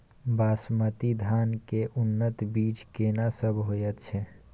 बासमती धान के उन्नत बीज केना सब होयत छै?